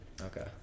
okay